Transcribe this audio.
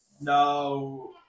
No